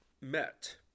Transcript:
met